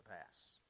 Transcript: pass